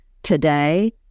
today